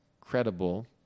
credible